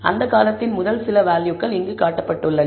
அந்த காலத்தின் முதல் சில வேல்யூகள் இங்கு காட்டப்பட்டுள்ளன